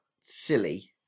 silly